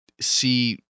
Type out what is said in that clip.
see